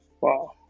wow